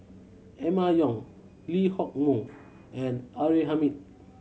Emma Yong Lee Hock Moh and R A Hamid